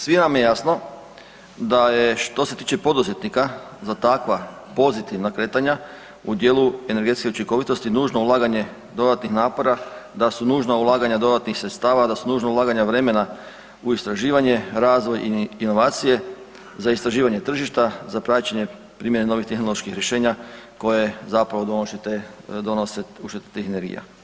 Svima nam je jasno da je što se tiče poduzetnika za takva pozitivna kretanja u dijelu energetske učinkovitosti nužno ulaganje dodatnih napora, da su nužna ulaganja dodatnih sredstava, da su nužna ulaganja vremena u istraživanje, razvoj i inovacije za istraživanje tržišta za praćenje primjene novih tehnoloških rješenja koje zapravo donose uštedu tih energija.